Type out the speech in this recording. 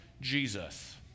Jesus